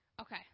Okay